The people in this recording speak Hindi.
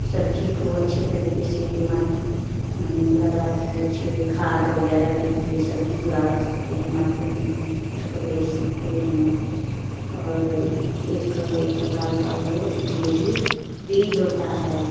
सब्ज़ी को अच्छे तरीक़े से मति मनी लगा के अच्छे खाद वग़ैरह दे के सब्ज़ी उगा सकते हैं मार्केट में उसको बेच सकते हैं और एक प्रकार का वो उपयोगी बीज होता है बीज होता है